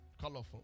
colorful